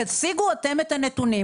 תשיגו אתם את הנתונים.